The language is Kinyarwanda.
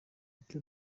icyo